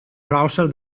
browser